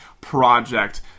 Project